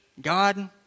God